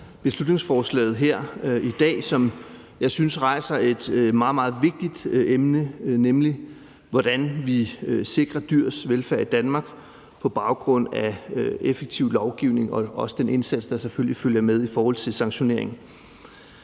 beslutningsforslaget her i dag, som jeg synes rejser et meget, meget vigtigt emne, nemlig hvordan vi sikrer dyrs velfærd i Danmark på baggrund af effektiv lovgivning og den indsats, der selvfølgelig følger med i forhold til sanktioner.